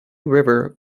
river